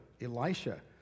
Elisha